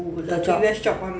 job